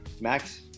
Max